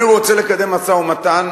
אני רוצה לקדם משא-ומתן,